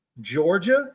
Georgia